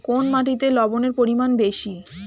কোন মাটিতে লবণের পরিমাণ বেশি?